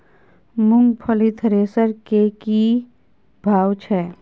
मूंगफली थ्रेसर के की भाव छै?